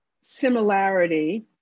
similarity